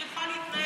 מי יכול להתנהל ככה?